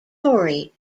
torrey